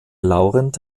laurent